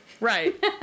Right